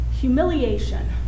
humiliation